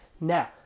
Now